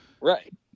right